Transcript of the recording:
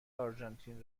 آرژانتین